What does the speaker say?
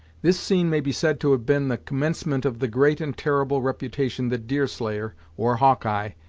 this scene may be said to have been the commencement of the great and terrible reputation that deerslayer, or hawkeye,